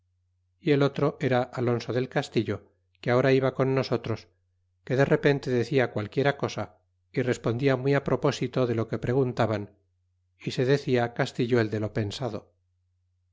y el otro era alonso del castillo que ahora iba con nosotros que de repente decia qualquiera cosa y respondia muy á propósito de lo que preguntaban y se decia castillo el de lo pensado